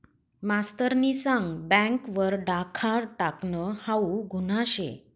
मास्तरनी सांग बँक वर डाखा टाकनं हाऊ गुन्हा शे